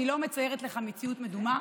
אני לא מציירת לך מציאות מדומה,